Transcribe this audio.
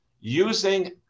using